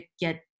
get